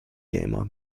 gamer